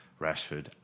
Rashford